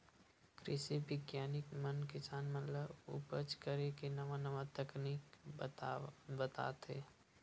कृषि बिग्यानिक मन किसान मन ल उपज करे के नवा नवा तरकीब बताथे